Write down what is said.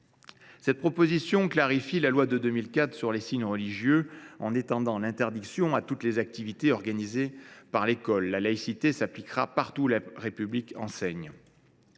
de loi tend à clarifier la loi de 2004 sur les signes religieux en étendant leur interdiction à toutes les activités organisées par l’école. La laïcité s’appliquera partout où la République enseigne.